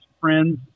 friends